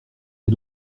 les